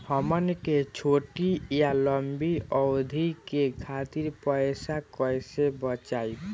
हमन के छोटी या लंबी अवधि के खातिर पैसा कैसे बचाइब?